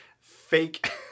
fake